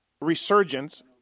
resurgence